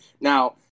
Now